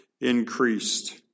increased